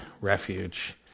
refuge